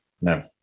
No